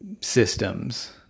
systems